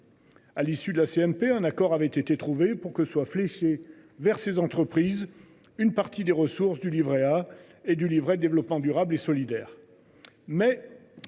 paritaire (CMP), un accord avait été trouvé pour que soit fléchée vers ces entreprises une partie des ressources du livret A et du livret de développement durable et solidaire.